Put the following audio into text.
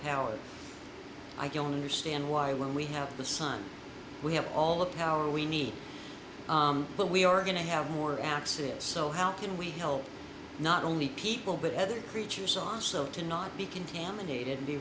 power i don't understand why when we have the sun we have all the power we need but we are going to have more accidents so how can we help not only people but other creatures on so to not be contaminated